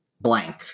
blank